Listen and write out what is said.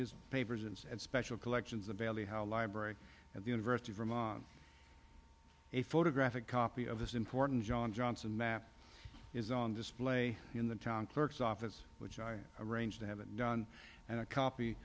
his papers and special collections of daily how a library at the university of vermont a photographic copy of this important john johnson map is on display in the town clerk's office which i arranged to have it done and a copy